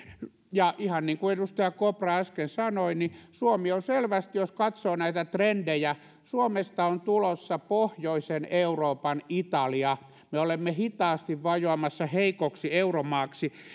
ja ihan niin kuin edustaja kopra äsken sanoi suomesta on selvästi jos katsoo näitä trendejä tulossa pohjoisen euroopan italia me olemme hitaasti vajoamassa heikoksi euromaaksi